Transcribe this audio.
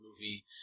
movie